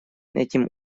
этим